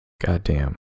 Goddamn